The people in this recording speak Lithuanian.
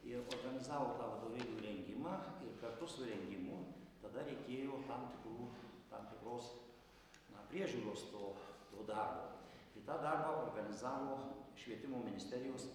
ir organizavo tą vadovėlių rengimą kartu su rengimu tada reikėjo tam tikrų tam tikros na priežiūros to to darbo ir tą darbą organizavo švietimo ministerijos